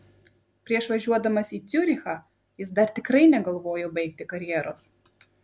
prieš važiuodamas į ciurichą jis dar tikrai negalvojo baigti karjeros